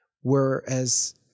whereas